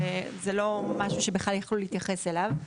וזה לא משהו שבכלל יכלו להתייחס אליו.